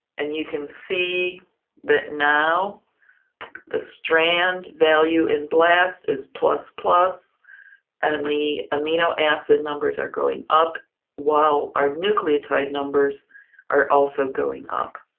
and you can see that now the strand value in blast is plus-plus and the amino acid numbers are going up while our nucleotide numbers are also going up.